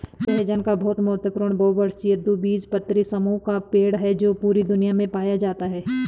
सहजन एक बहुत महत्वपूर्ण बहुवर्षीय द्विबीजपत्री समूह का पेड़ है जो पूरी दुनिया में पाया जाता है